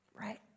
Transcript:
Right